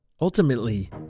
Ultimately